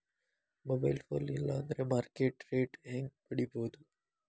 Mobile phone ಇಲ್ಲಾ ಅಂದ್ರ market rate ಹೆಂಗ್ ಪಡಿಬೋದು?